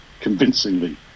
convincingly